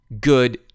good